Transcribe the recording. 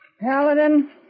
Paladin